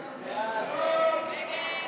סעיף תקציבי 73, מפעלי